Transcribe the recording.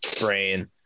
brain